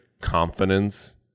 confidence